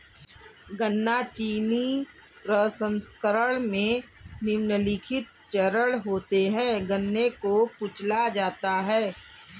गन्ना चीनी प्रसंस्करण में निम्नलिखित चरण होते है गन्ने को कुचला जाता है